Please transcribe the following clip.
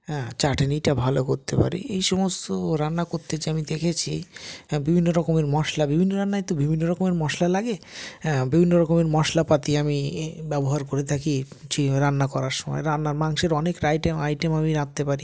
হ্যাঁ চাটনিটা ভালো করতে পারি এই সমস্ত রান্না করতে যেয়ে আমি দেখেছি হ্যাঁ বিভিন্ন রকমের মশলা বিভিন্ন রান্নায় তো বিভিন্ন রকমের মশলা লাগে হ্যাঁ বিভিন্ন রকমের মশলাপাতি আমি ব্যবহার করে থাকি যে রান্না করার সময় রান্না মাংসের অনেক আইটেম আমি রাঁধতে পারি